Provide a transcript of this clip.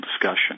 discussion